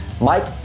Mike